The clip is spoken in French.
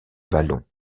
vallon